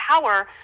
power